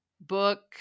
book